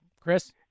chris